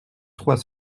trois